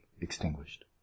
extinguished